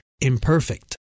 imperfect